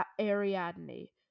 Ariadne